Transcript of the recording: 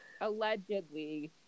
Allegedly